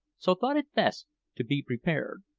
so thought it best to be prepared.